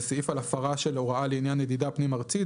זה סעיף על הפרה של הוראה לעניין נדידה פנים ארצית.